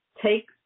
take